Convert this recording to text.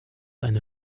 eine